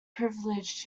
privilege